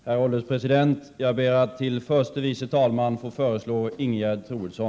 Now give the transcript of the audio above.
Herr ålderspresident! Jag ber att till förste vice talman få föreslå Ingegerd Troedsson.